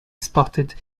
spotted